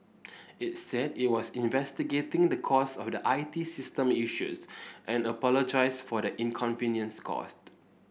it said it was investigating the cause of the I T system issues and apologised for the inconvenience caused